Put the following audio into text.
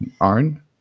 Arn